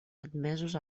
admesos